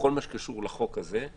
בכל הקשור לחוק הזה,